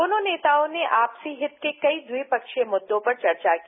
दोनों नेताओं ने आपसी हित के कई द्विप्सीय मुद्रों पर चर्चा की